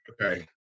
Okay